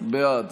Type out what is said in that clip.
בעד